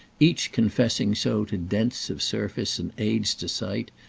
each confessing so to dents of surface and aids to sight,